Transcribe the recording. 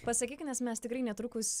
pasakyk nes mes tikrai netrukus